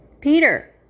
Peter